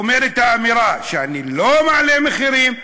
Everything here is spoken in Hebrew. אומר את האמירה שאני לא מעלה מחירים,